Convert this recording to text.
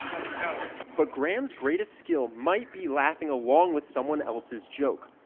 but graham's greatest skill might be laughing along with someone else's joke.